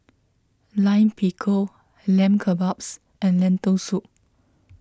Lime Pickle Lamb Kebabs and Lentil Soup